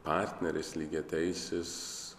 partneris lygiateisis